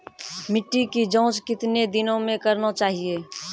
मिट्टी की जाँच कितने दिनों मे करना चाहिए?